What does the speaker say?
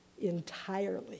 entirely